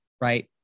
right